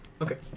Okay